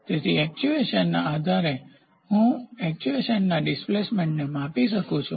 તેથી એક્ટ્યુએશનના આધારે હું એક્ટ્યુએશનના ડિસ્પ્લેસમેન્ટને માપી શકું છું